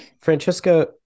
Francesca